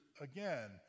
again